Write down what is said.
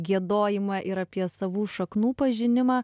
giedojimą ir apie savų šaknų pažinimą